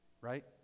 right